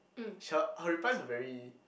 she her her replies were very